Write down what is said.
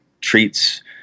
treats